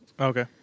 Okay